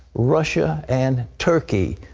russia and turkey,